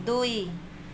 ଦୁଇ